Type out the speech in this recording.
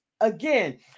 Again